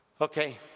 Okay